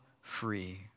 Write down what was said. free